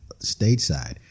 stateside